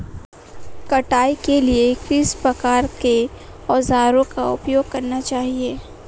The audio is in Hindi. कटाई के लिए किस प्रकार के औज़ारों का उपयोग करना चाहिए?